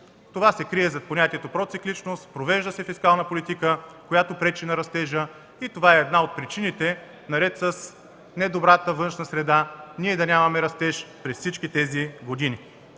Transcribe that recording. Това се крие зад понятието „процикличност” – провежда се фискална политика, която пречи на растежа. Това е една от причините, наред с недобрата външна среда, да нямаме растеж през всичките тези години.